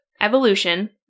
evolution